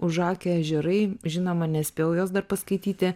užakę ežerai žinoma nespėjau jos dar paskaityti